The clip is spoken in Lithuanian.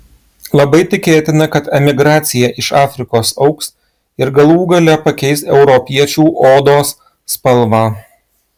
labai tikėtina kad emigracija iš afrikos augs ir galų gale pakeis europiečių odos spalvą